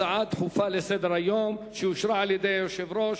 זו הצעה דחופה לסדר-היום שאושרה על-ידי היושב-ראש,